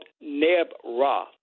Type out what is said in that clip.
Neb-Ra